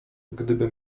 gdyby